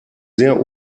sehr